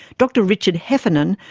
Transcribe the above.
dr richard heffernan,